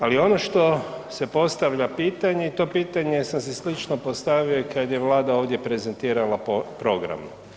Ali ono što se postavlja pitanje i to pitanje sam si slično postavio i kad je Vlada ovdje prezentirala program.